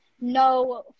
no